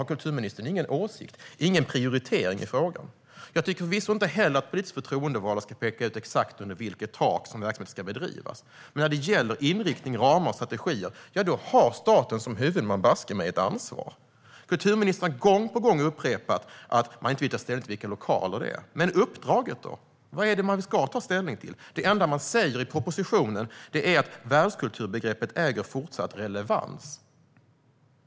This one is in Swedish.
Har kulturministern ingen åsikt, ingen prioritering i frågan? Jag tycker förvisso inte heller att politiskt förtroendevalda ska peka ut exakt under vilket tak som verksamhet ska bedrivas. Men när det gäller inriktning, ramar och strategier har staten som huvudman baske mig ett ansvar! Kulturministern har gång på gång upprepat att man inte vill ta ställning till vilka lokaler det handlar om. Men uppdraget då? Vad är det man ska ta ställning till? Det enda man säger i propositionen är att världskulturbegreppet äger fortsatt relevans.